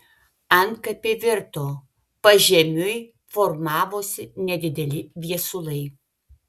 antkapiai virto pažemiui formavosi nedideli viesulai